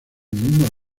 mismo